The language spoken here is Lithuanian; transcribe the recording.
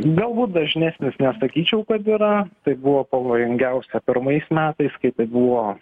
galbūt dažnesnis nesakyčiau kad yra tai buvo pavojingiausia pirmais metais kai tai buvo